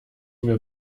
mir